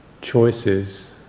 choices